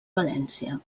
valència